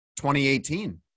2018